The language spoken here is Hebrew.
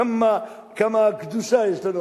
כמה קדושה יש לנו.